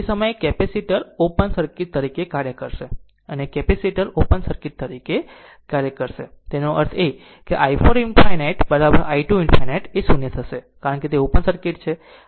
તે સમયે આ કેપેસિટર ઓપન સર્કિટ તરીકે કાર્ય કરશે અને આ કેપેસિટર ઓપન સર્કિટ તરીકે કાર્ય કરશે તેનો અર્થ એ કે i 4 ∞ i 2 ∞ એ 0 હશે કારણ કે તે ઓપન સર્કિટ છે